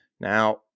Now